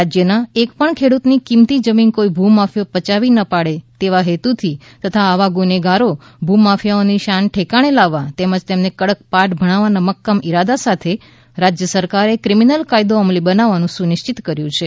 રાજ્યના એકપણ ખેડૂતની કિંમતી જમીન કોઇ ભૂમાફિયો પયાવી ન પાડે તેવા હેતુથી તથા આવા ગુનેગારો ભૂમાફિયાઓની શાન ઠેકાણે લાવવા તેમજ તેમને કડક પાઠ ભણાવવાના મક્કમ ઇરાદા સાથે રાજ્ય સરકારે ક્રિમિનલ કાયદો અમલી બનાવવાનું સુનિશ્ચિત કર્યુ છે